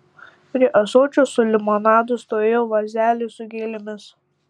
prie ąsočio su limonadu stovėjo vazelė su gėlėmis